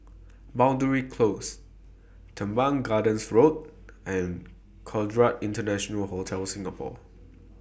Boundary Close Teban Gardens Road and Conrad International Hotel Singapore